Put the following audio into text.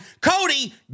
Cody